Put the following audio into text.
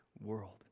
world